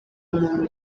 muntu